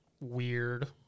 weird